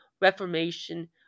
reformation